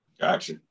Gotcha